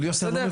בסדר?